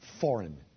foreign